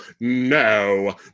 no